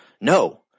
No